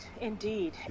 indeed